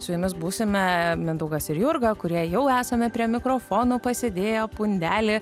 su jumis būsime mindaugas ir jurga kurie jau esame prie mikrofonų pasidėję pundelį